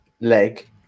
leg